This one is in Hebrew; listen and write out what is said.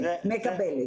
בדיוק.